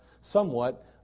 somewhat